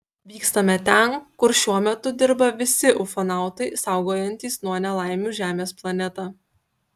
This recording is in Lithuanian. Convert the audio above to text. vykstame ten kur šiuo metu dirba visi ufonautai saugojantys nuo nelaimių žemės planetą